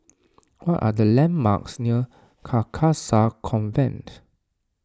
what are the landmarks near Carcasa Convent